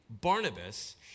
Barnabas